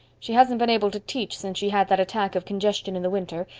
she hasn't been able to teach since she had that attack of congestion in the winter,